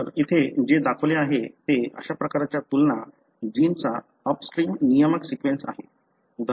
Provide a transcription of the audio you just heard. तर येथे जे दाखवले आहे ते अशा प्रकारच्या तुलना जीनचा अपस्ट्रीम नियामक सीक्वेन्स आहे